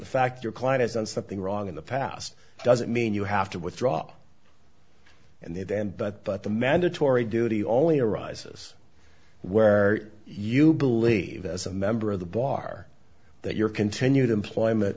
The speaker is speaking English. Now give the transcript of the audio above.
fact your client has done something wrong in the past doesn't mean you have to withdraw and then but but the mandatory duty only arises where you believe as a member of the bar that your continued employment